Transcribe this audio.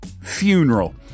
funeral